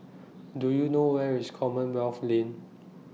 Do YOU know Where IS Commonwealth Lane